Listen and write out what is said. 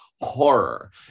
horror